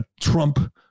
Trump